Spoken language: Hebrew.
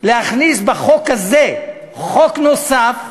להכניס בחוק הזה חוק נוסף,